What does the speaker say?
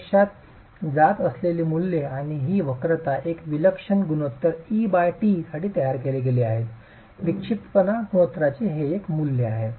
प्रत्यक्षात जात असलेली मूल्ये आणि ही वक्रता एका विलक्षण गुणोत्तर et साठी तयार केली गेली आहे विक्षिप्तपणा गुणोत्तरांचे एक मूल्य आहे